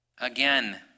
again